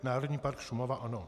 Národní park Šumava ano.